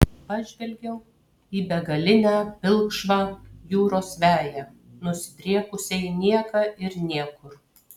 pažvelgiau į begalinę pilkšvą jūros veją nusidriekusią į nieką ir niekur